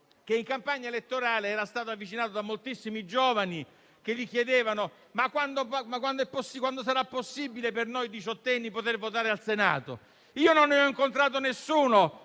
che in campagna elettorale era stato avvicinato da moltissimi giovani che gli chiedevano: quando sarà possibile per noi diciottenni votare per il Senato? Personalmente non ne ho incontrato nessuno,